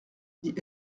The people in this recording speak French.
dit